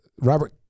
Robert